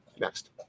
next